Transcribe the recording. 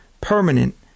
permanent